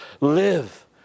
live